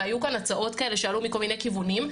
והיו כאן הצעות כאלה שעלו מכל מיני כיוונים,